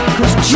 Cause